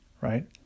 Right